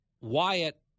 Wyatt